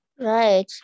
Right